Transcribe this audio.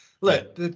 look